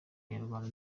abanyarwanda